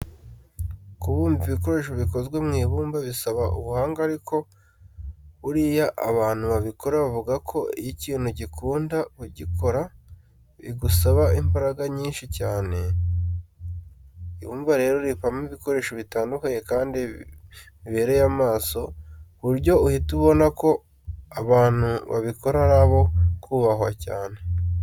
Kubumba ibikoresho bikozwe mu ibumba bisaba ubuhanga ariko buriya abantu babikora bavuga ko iyo ikintu ugikunda, kugikora bitagusaba imbaraga nyinshi cyane. Ibumba rero rivamo ibikoresho bitandukanye kandi bibereye amaso ku buryo uhita ubona ko abantu babikora ari abo kubahwa cyane.